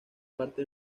parte